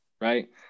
right